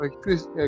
Chris